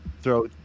throw